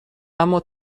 اما